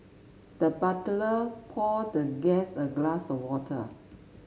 the butler poured the guest a glass of water